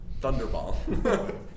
Thunderball